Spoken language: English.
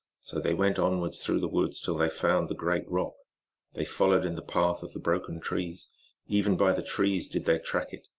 so they went onwards through the woods till they found the great rock they followed in the path of the broken trees even by the trees did they track it.